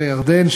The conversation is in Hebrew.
וירדן,